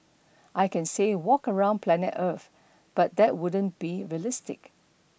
I can say walk around planet earth but that wouldn't be realistic